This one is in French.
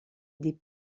idée